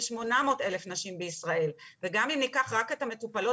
כ-800,000 נשים בישראל וגם אם ניקח רק את המטופלות